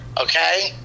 Okay